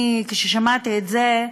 אני, כששמעתי את זה,